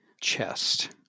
chest